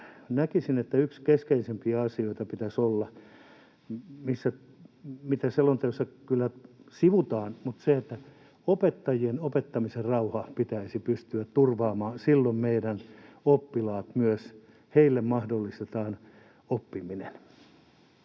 Näkisin, että yksi keskeisimmistä asioista pitäisi olla — mitä selonteossa kyllä sivutaan — se, että opettajien opettamisen rauha pitäisi pystyä turvaamaan. Silloin meidän oppilaille myös mahdollistetaan oppiminen.